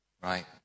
right